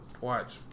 Watch